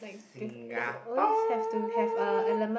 Singapore